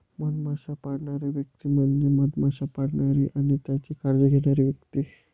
मधमाश्या पाळणारी व्यक्ती म्हणजे मधमाश्या पाळणारी आणि त्यांची काळजी घेणारी व्यक्ती